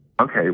Okay